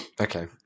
okay